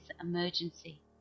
emergency